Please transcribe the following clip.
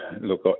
Look